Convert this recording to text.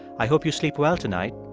i hope you sleep well tonight.